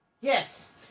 Yes